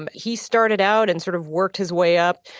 um he started out and sort of worked his way up.